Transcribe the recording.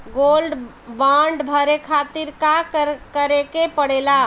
Gold bond भरे खातिर का करेके पड़ेला?